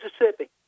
Mississippi